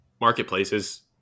marketplaces